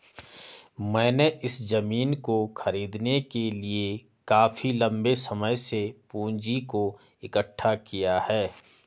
मैंने इस जमीन को खरीदने के लिए काफी लंबे समय से पूंजी को इकठ्ठा किया है